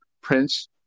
Prince